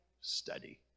study